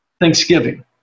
thanksgiving